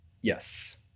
Yes